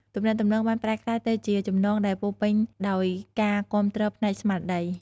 ទំនាក់ទំនងបានប្រែក្លាយទៅជាចំណងដែលពោរពេញដោយការគាំទ្រផ្នែកស្មារតី។